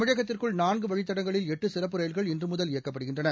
தமிழகத்திற்குள் நான்குவழித்தடங்களில் எட்டுசிறப்பு ரயில்கள் இன்றுமுதல் இயக்கப்படுகின்றன